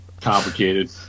complicated